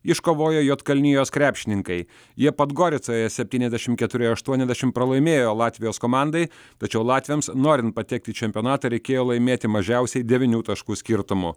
iškovojo juodkalnijos krepšininkai jie podgoricoje septyniasdešimt keturi aštuoniasdešimt pralaimėjo latvijos komandai tačiau latviams norint patekti į čempionatą reikėjo laimėti mažiausiai devynių taškų skirtumu